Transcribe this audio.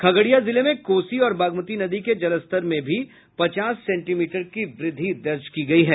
खगड़िया जिले में कोसी और बागमती नदी के जलस्तर में भी पचास सेंटी मीटर की वृद्धि दर्ज की गयी है